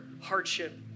hardship